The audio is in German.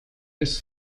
des